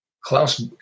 Klaus